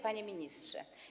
Panie Ministrze!